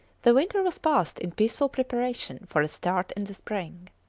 the winter was passed in peaceful preparation for a start in the spring.